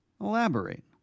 Elaborate